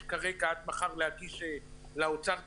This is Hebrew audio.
יש כרגע עד מחר להגיש לאוצר תיקונים.